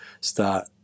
start